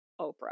Oprah